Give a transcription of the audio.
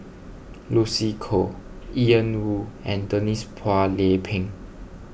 Lucy Koh Ian Woo and Denise Phua Lay Peng